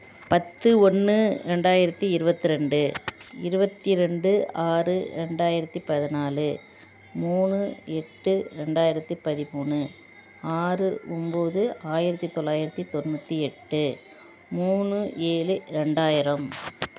பத்து ஒன்று ரெண்டாயிரத்தி இருபத்ரெண்டு இருபத்தி ரெண்டு ஆறு ரெண்டாயிரத்தி பதினாலு மூணு எட்டு ரெண்டாயிரத்தி பதிமூணு ஆறு ஒன்போது ஆயிரத்தி தொளாயிரத்தி தொண்ணூற்றி எட்டு மூணு ஏழு ரெண்டாயிரம்